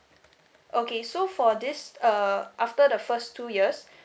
okay so for this uh after the first two years